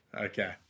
Okay